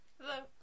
Hello